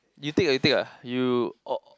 you take ah you take ah you or